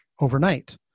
overnight